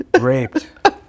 raped